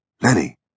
Lenny